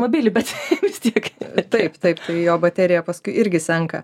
mobili bet vis tiek taip taip jo baterija paskui irgi senka